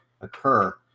occur